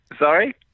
Sorry